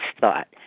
thought